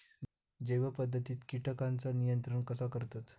जैव पध्दतीत किटकांचा नियंत्रण कसा करतत?